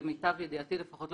למיטב ידיעתי לפחות,